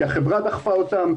כי החברה דחפה אותם,